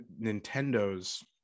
nintendo's